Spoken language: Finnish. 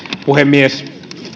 puhemies